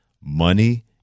money